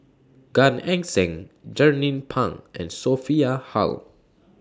Gan Eng Seng Jernnine Pang and Sophia Hull